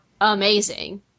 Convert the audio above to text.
amazing